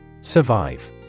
Survive